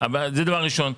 זה דבר ראשון,